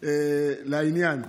לעניין: